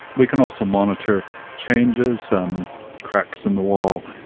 we can also monitor changes, um cracks in the wall,